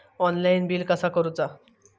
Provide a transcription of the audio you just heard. Online bill कसा करुचा?